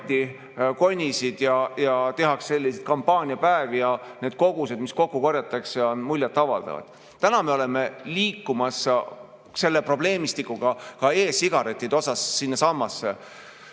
kilekotti konisid, tehakse selliseid kampaaniapäevi. Ja need kogused, mis kokku korjatakse, on muljetavaldavad. Täna me liigume selle probleemistikuga ka e-sigarettide puhul sinnasamasse,